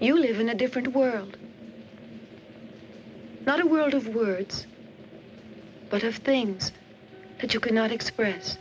you live in a different word not a world of words but of things that you cannot exp